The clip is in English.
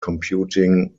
computing